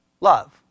love